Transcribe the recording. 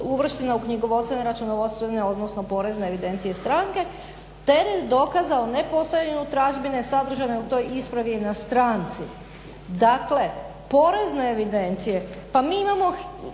uvrštena u knjigovodstvene-računovodstvene, odnosno porezne evidencije istranke teret dokaza o nepostojanju tražbine sadržane u toj ispravi je na stranci." Dakle, porezne evidencije, pa mi imao